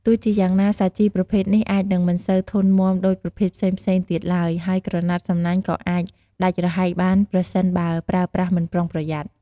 ទោះជាយ៉ាងណា សាជីប្រភេទនេះអាចនឹងមិនសូវធន់មាំដូចប្រភេទផ្សេងៗទៀតឡើយ ហើយក្រណាត់សំណាញ់ក៏អាចដាច់រហែកបានប្រសិនបើប្រើប្រាស់មិនប្រុងប្រយ័ត្ន។